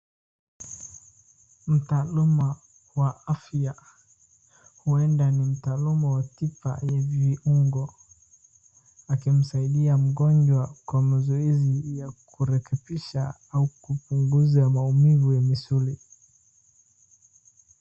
Mtaalamu wa afya huenda ni mtaalamu wa tiba ya viungo akimsaidia mgonjwa kwa mazoezi ya kurekebisha au kupunguza maumivu ya misuli.